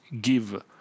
give